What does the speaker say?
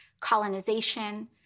colonization